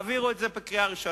תעבירו את זה בקריאה ראשונה.